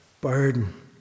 burden